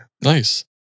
Nice